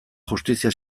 justizia